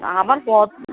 আমার